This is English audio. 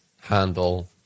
handle